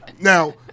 Now